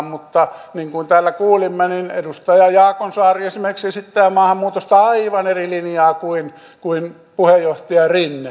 mutta niin kuin täällä kuulimme edustaja jaakonsaari esimerkiksi esittää maahanmuutosta aivan eri linjaa kuin puheenjohtaja rinne